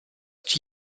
first